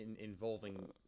involving